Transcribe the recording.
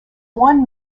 one